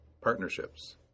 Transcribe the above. Partnerships